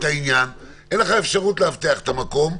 אין לך אפשרות לאבטח את המקום.